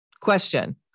Question